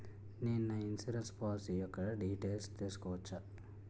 నేను నా insurance policy యెక్క డీటైల్స్ తెల్సుకోవచ్చా?